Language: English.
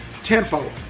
Tempo